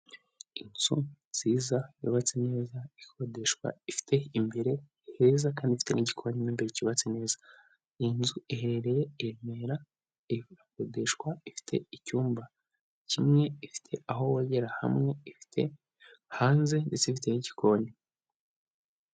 Inzu nziza yubatse neza ikodeshwa ifite imbere heza kandiste n igiko n' imbere cyubatse neza, iyi nzu iherereye i Remera irimo ikodeshwa, ifite icyumba kimwe, ifite aho bogera hamwe ifite, hanze ndetse ifite n'igikoni.